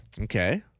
Okay